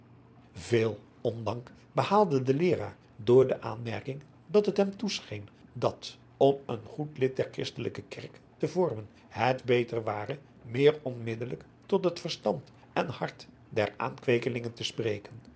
veel ondank behaalde de leeraar door de aanmerking dat het hem toescheen dat om een goed lid der christenkerk te vormen het beter ware meer onmiddellijk tot het verstand en hart der aankweekelingen te spreken